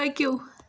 پٔکِو